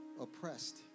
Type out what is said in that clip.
oppressed